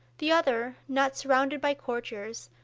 the other, not surrounded by courtiers,